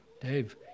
Dave